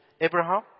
Abraham